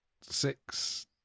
six